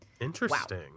Interesting